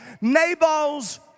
Nabal's